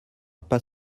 pas